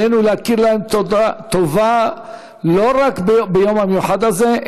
עלינו להכיר להם טובה לא רק ביום המיוחד הזה,